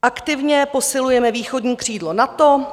Aktivně posilujeme východní křídlo NATO.